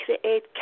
create